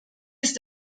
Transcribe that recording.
ist